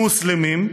מוסלמים,